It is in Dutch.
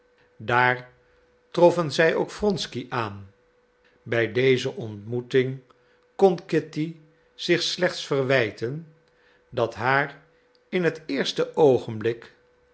daar troffen zij ook wronsky aan bij deze ontmoeting kon kitty zich slechts verwijten dat haar in het eerste oogenblik